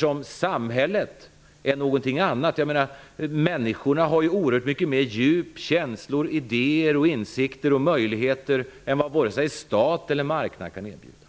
Men samhället är någonting annat. Människorna har oerhört mycket mer djup, känslor, idéer, insikter och möjligheter än vad vare sig stat eller marknad kan erbjuda.